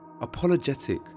apologetic